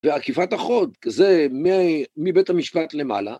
ועקיפת החוק זה מבית המשפט למעלה